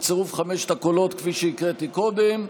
בצירוף חמשת הקולות כפי שהקראתי קודם,